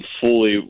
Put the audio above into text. Fully